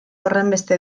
horrenbeste